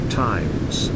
times